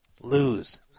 lose